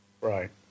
Right